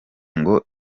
ngo